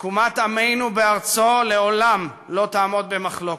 תקומת עמנו בארצו לעולם לא תעמוד במחלוקת.